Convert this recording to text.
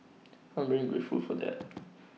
I'm very grateful for that